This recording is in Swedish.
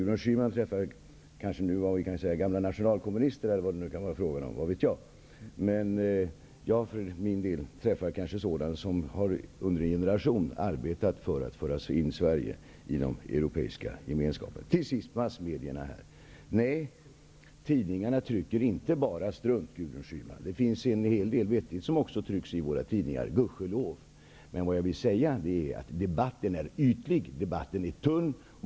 Gudrun Schyman träffar kanske gamla nationalkommunister eller vad det kan vara fråga om, vad vet jag. Jag för min del träffar sådana som kanske under generationer har arbetat för att föra in Sverige i den europeiska gemenskapen. Nej, tidningarna trycker inte bara strunt, Gudrun Schyman. Det finns en hel del vettigt som också trycks i våra tidningar, gudskelov. Men det jag vill säga är att debatten är ytlig och tunn.